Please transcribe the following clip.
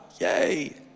Yay